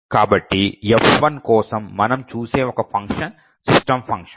కాబట్టి F1 కోసం మనం చూసే ఒక ఫంక్షన్ system ఫంక్షన్